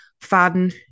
fun